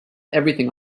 everything